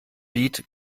lied